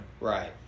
Right